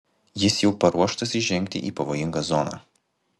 jis jau paruoštas įžengti į pavojingą zoną